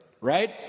Right